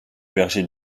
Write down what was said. berger